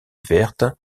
vertes